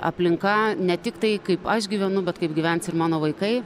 aplinka ne tik tai kaip aš gyvenu bet kaip gyvens ir mano vaikai